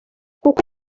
kuko